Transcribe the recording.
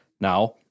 now